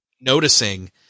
noticing